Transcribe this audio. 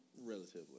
Relatively